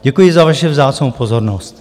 Děkuji za vaše vzácnou pozornost.